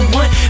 one